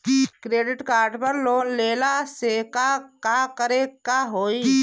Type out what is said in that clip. Credit card पर loan लेला से का का करे क होइ?